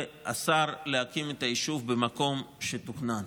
ואסר להקים את היישוב במקום שתוכנן.